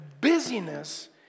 busyness